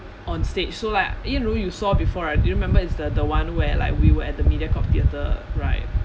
on stage so like yanru you saw before right do you remember is the the one where like we were at the mediacorp theatre right